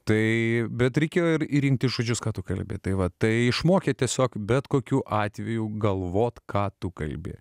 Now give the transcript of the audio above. tai bet reikėjo ir ir rinkris žodžius ką tu kalbi tai vat tai išmokė tiesiog bet kokiu atveju galvoti ką tu kalbi